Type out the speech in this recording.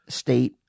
state